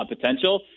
potential